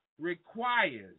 requires